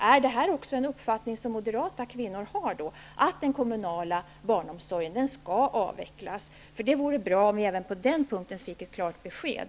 Är detta en uppfattning som också moderata kvinnor har, dvs. att den kommunala barnomsorgen skall avvecklas? Det vore bra om vi även på den punkten fick ett klart besked.